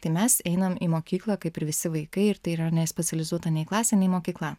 tai mes einam į mokyklą kaip ir visi vaikai ir tai yra ne specializuota nei klasė nei mokykla